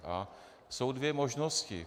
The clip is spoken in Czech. A jsou dvě možnosti.